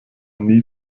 nie